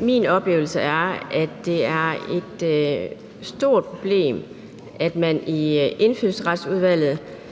min oplevelse er, at det er et stort problem, at man i Indfødsretsudvalget